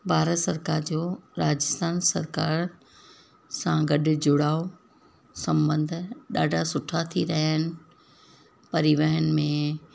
भारत सरकार जो राजस्थान सरकार सां गॾु जुड़ाव संबंध ॾाढा सुठा थी रहिया आहिनि परिवहन में